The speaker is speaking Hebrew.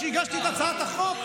כשהגשתי את הצעת החוק,